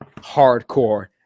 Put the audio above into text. hardcore